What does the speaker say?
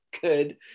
good